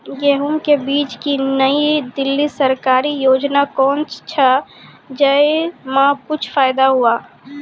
गेहूँ के बीज की नई दिल्ली सरकारी योजना कोन छ जय मां कुछ फायदा हुआ?